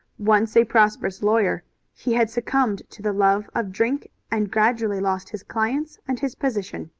once a prosperous lawyer he had succumbed to the love of drink and gradually lost his clients and his position.